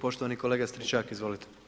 Poštovani kolega Stričak, izvolite.